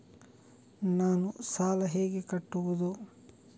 ನಾನು ಸಾಲ ಹೇಗೆ ಕಟ್ಟುವುದು?